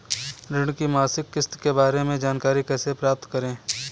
ऋण की मासिक किस्त के बारे में जानकारी कैसे प्राप्त करें?